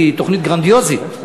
היא תוכנית גרנדיוזית.